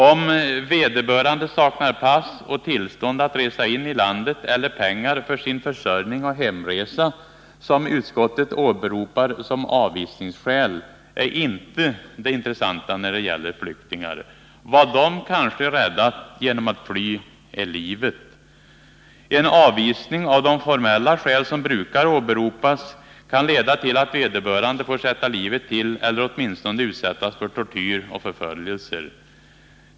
Om ”vederbörande saknar pass och tillstånd att resa in i landet eller pengar för sin försörjning och hemresa”, som utskottet åberopar som avvisningsskäl, är inte det intressanta när det gäller flyktingar. Vad de räddat genom att fly är kanske livet. En avvisning av de formella skäl som brukar åberopas kan leda till att vederbörande får sätta livet till eller åtminstone utsätts för tortyr och förföljelser.